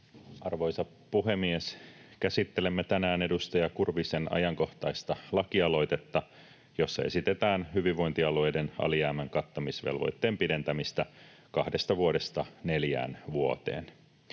Arvoisa puhemies! Käsittelemme tänään edustaja Kurvisen ajankohtaista lakialoitetta, jossa esitetään hyvinvointialueiden alijäämän kattamisvelvoitteen pidentämistä kahdesta vuodesta neljään vuoteen.